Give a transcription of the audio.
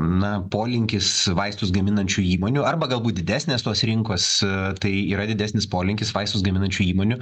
na polinkis vaistus gaminančių įmonių arba galbūt didesnės tos rinkos tai yra didesnis polinkis vaistus gaminančių įmonių